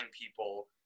people